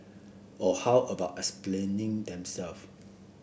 or how about explaining themself